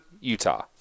Utah